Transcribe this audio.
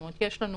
זאת אומרת, יש לנו